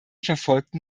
verfolgten